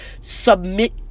submit